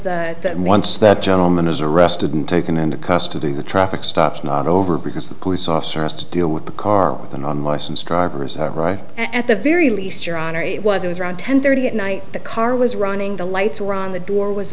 that and once that gentleman is arrested and taken into custody the traffic stops not over because the police officer has to deal with the car with and on license drivers are right at the very least your honor it was it was around ten thirty at night the car was running the lights were on the door was